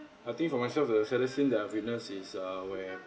I think for myself the saddest thing that I've witness is uh where